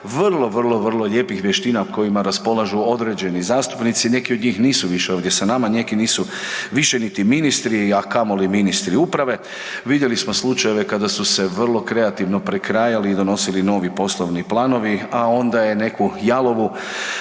vrlo, vrlo, vrlo lijepih vještina kojima raspolažu određenih zastupnici, neki od njih nisu više ovdje sa nama, neki nisu više ni ministri, a kamoli ministri uprave. Vidjeli smo slučajeve kada su se vrlo kreativno prekrajali i donosili novi poslovni planovi, a onda je neku jalovu